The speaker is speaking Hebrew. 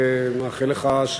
ומאחל לך,